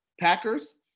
Packers